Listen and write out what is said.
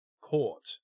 court